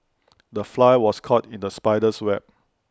the fly was caught in the spider's web